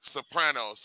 Soprano